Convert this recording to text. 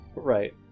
Right